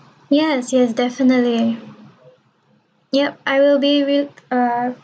yes yes definitely yup I will be will uh